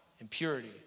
impurity